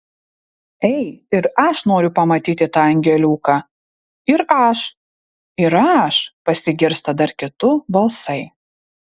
ei ir aš noriu pamatyti tą angeliuką ir aš ir aš pasigirsta dar kitų balsai